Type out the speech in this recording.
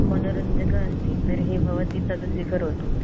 मनोरञ्जकम् अस्ति तर्हि भवती तद् स्वीकरोतु